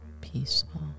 peaceful